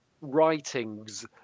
writings